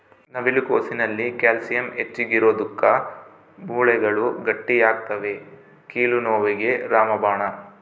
ನವಿಲು ಕೋಸಿನಲ್ಲಿ ಕ್ಯಾಲ್ಸಿಯಂ ಹೆಚ್ಚಿಗಿರೋದುಕ್ಕ ಮೂಳೆಗಳು ಗಟ್ಟಿಯಾಗ್ತವೆ ಕೀಲು ನೋವಿಗೆ ರಾಮಬಾಣ